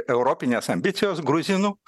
europinės ambicijos gruzinų